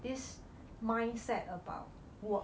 this mindset about work